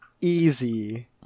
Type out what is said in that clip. easy